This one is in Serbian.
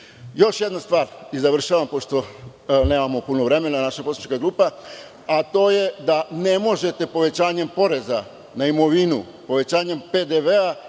jedna stvar i završavam, pošto nema puno vremena naša poslanička grupa, a to je da ne možete povećanjem poreza na imovinu, povećanjem PDV